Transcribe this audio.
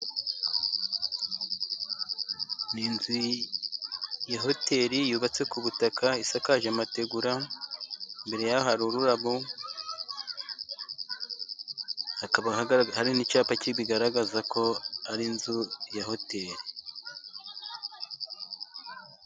Ni inzu ya hoteri yubatse ku butaka， isakaje amategura， imbere yaho hari ururabo， hakaba hari n'icyapa kibigaragaza， ko ari inzu ya hoteri.